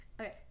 Okay